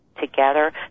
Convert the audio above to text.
together